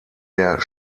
der